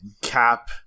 Cap